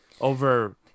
over